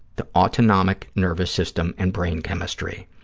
the autonomic nervous system and brain chemistry,